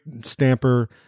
Stamper